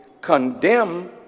condemn